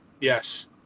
Yes